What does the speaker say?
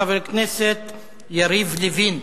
חבר הכנסת יריב לוין,